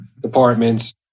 departments